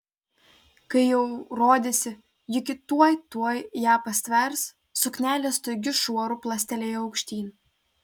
kai jau rodėsi juki tuoj tuoj ją pastvers suknelė staigiu šuoru plastelėjo aukštyn